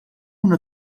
una